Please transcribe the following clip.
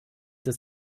des